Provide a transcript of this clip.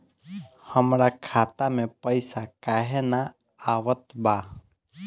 हमरा खाता में पइसा काहे ना आवत बा?